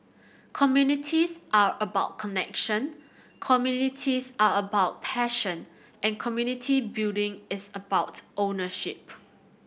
communities are about connection communities are about passion and community building is about ownership